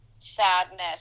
Sadness